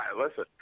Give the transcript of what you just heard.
Listen